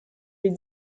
les